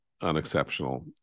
unexceptional